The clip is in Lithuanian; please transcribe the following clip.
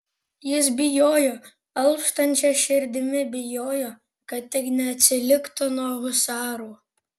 jis bijojo alpstančia širdimi bijojo kad tik neatsiliktų nuo husarų